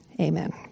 amen